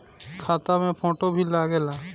खाता मे फोटो भी लागे ला?